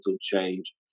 change